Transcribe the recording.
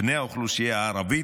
בני האוכלוסייה הערבית,